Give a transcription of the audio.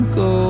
go